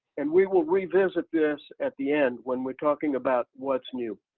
and we will revisit this at the end when we're talking about what's new.